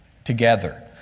Together